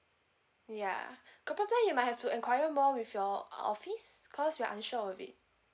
ya corporate plan you might have to enquire more with your office cause we are unsure of it